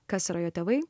kas yra jo tėvai